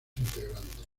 integrantes